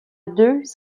deux